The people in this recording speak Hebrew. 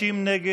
50 נגד.